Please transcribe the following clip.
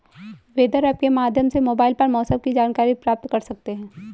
weather app के माध्यम से मोबाइल पर मौसम की जानकारी प्राप्त कर सकते हैं